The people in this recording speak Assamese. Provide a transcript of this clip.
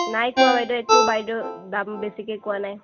নাই কোৱা বাইদেউ একো বাইদেউ দাম বেছিকে কোৱা নাই